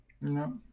No